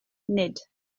nid